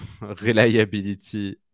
reliability